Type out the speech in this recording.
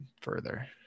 further